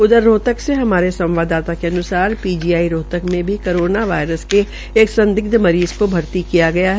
उधर रोहतक से हमारे संवाददता के अन्सार पीजीआई रोहतक में भी करोना वायरस के एक संदिग्ध मरीज़ को भर्ती किया गया है